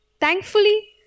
Thankfully